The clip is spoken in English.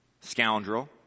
scoundrel